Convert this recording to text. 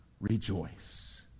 rejoice